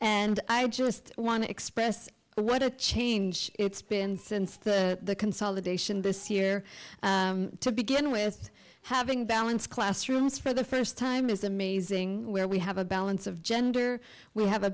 and i just want to express what a change it's been since the consolidation this year to begin with having balance classrooms for the first time is amazing where we have a balance of gender we have a